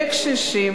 לקשישים,